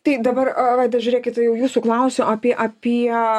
tai dabar vaida žiūrėkit jau jūsų klausiu apie apie